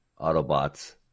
Autobots